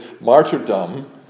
martyrdom